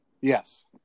Yes